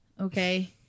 Okay